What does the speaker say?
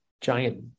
giant